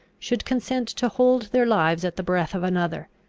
should consent to hold their lives at the breath of another,